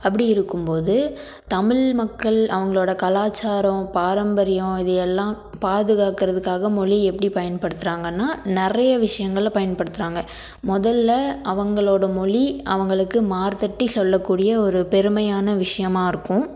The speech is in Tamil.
அப்படி இருக்கும்போது தமிழ் மக்கள் அவர்களோட கலாச்சரம் பாரம்பரியம் இது எல்லாம் பார்த்துகாக்குறதுக்காக மொழி எப்படி பயன்படுத்துகிறாங்கன்னா நிறைய விஷயங்கள்ல பயன்படுத்துகிறாங்க முதல்ல அவர்களோட மொழி அவர்களுக்கு மார் தட்டி சொல்லக்கூடிய ஒரு பெருமையான விஷயமா இருக்கும்